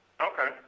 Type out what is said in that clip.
Okay